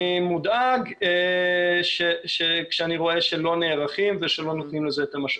אני מודאג כשאני רואה שלא נערכים ושלא נותנים לזה את המשאבים.